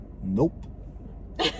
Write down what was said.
Nope